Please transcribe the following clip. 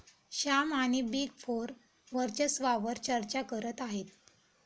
श्याम आणि big four वर्चस्वावार चर्चा करत आहेत